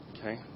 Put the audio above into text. Okay